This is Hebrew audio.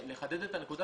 לא חוזרים לזה.